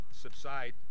subside